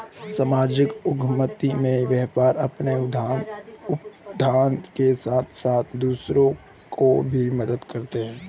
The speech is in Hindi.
सामाजिक उद्यमिता में व्यापारी अपने उत्थान के साथ साथ दूसरों की भी मदद करते हैं